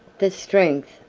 the strength,